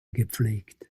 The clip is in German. gepflegt